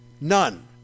None